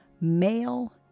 male